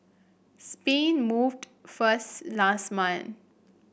Spain moved first last month